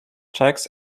checks